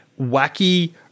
wacky